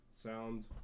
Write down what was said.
sound